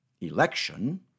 Election